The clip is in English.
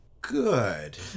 good